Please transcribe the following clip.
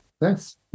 yes